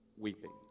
weeping